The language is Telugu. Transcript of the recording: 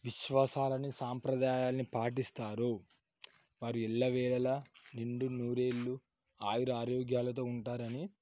విశ్వాసాలని సాంప్రదాయాల్ని పాటిస్తారో వారు ఎల్లవేళలా నిండు నూరేళ్లు ఆయురారోగ్యాలతో ఉంటారని